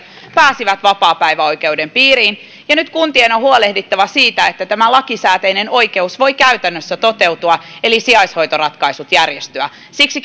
pääsivät vapaapäiväoikeuden piiriin ja nyt kuntien on huolehdittava siitä että tämä lakisääteinen oikeus voi käytännössä toteutua eli sijaishoitoratkaisut järjestyä siksi